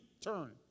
turn